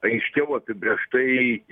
aiškiau apibrėžtai